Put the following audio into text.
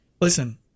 Listen